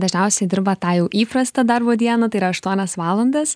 dažniausiai dirba tą jau įprastą darbo dieną tai yra aštuonias valandas